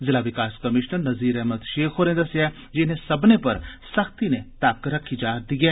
जिला विकास कमीश्नर नज़ीर अहमद शेख होरें दस्सेआ ऐ जे इनें सब्बनें पर सख्ती नै तक्क रक्खी जारदी ऐ